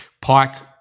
Pike